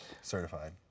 Certified